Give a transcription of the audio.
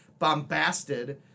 bombasted